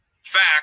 fact